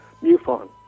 MUFON